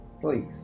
Please